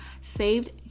saved